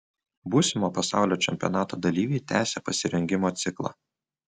būsimo pasaulio čempionato dalyviai tęsią pasirengimo ciklą